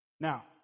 Now